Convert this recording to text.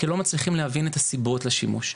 כלא מצליחים להבין את הסיבות לשימוש.